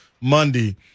Monday